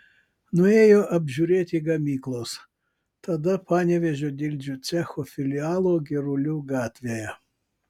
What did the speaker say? nuėjo apžiūrėti gamyklos tada panevėžio dildžių cecho filialo girulių gatvėje